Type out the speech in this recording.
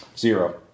Zero